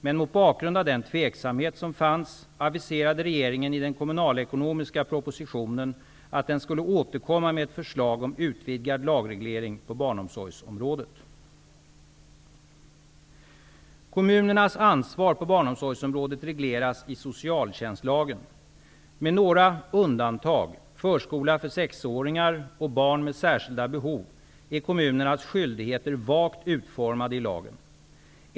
Men mot bakgrund av den tveksamhet som fanns aviserade regeringen i den kommunalekonomiska propositionen . Med några undantag -- förskola för sexåringar och barn med särskilda behov -- är kommunernas skyldigheter vagt utformade i lagen.